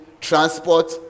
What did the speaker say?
transport